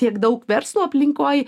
tiek daug verslo aplinkoj